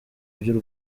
by’u